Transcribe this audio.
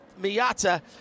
Miata